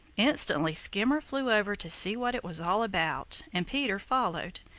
instantly skimmer flew over to see what it was all about and peter followed.